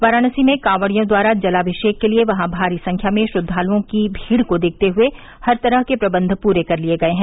वाराणसी में कांवरियों द्वारा जलाभिषेक के लिये वहां भारी संख्या में श्रद्वालुओं की भीड़ को देखते हुये हर तरह के प्रबंध प्रे कर लिये गये हैं